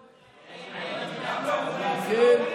אגב,